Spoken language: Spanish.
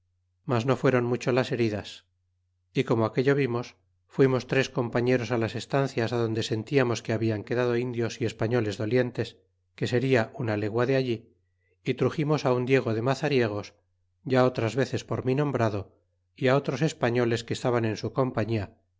mas no fuéron mucho las heridas y como aquello vimos fuimos tres compañeros á las estancias adonde sentiamos que hablan quedado indios y españoles dolientes que seria una legua de allí y truximos un diego de mazariegos ya otras veces por mí nombrado y otros españoles que estaban en su compañía